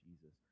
Jesus